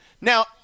Now